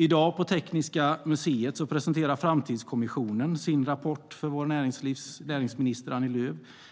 I dag presenterar Framtidskommissionen sin rapport